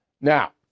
Now